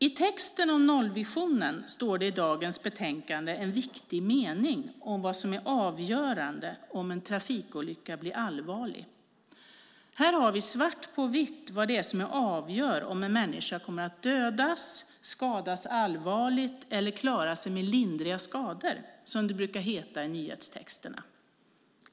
I texten om nollvisionen finns i dagens betänkande en viktig mening om vad som är avgörande för om en trafikolycka blir allvarlig. Här har vi svart på vitt när det gäller vad som avgör om en människa kommer att dödas, skadas allvarligt eller klara sig med lindriga skador, som det brukar stå i nyhetstexterna.